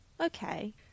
Okay